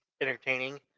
entertaining